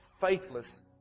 faithless